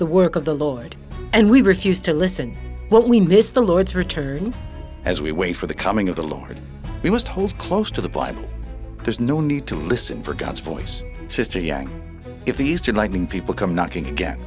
the work of the lord and we refuse to listen what we miss the lord's return as we wait for the coming of the lord we must hold close to the bible there's no need to listen for god's voice if these two lightning people come knocking again